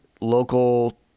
local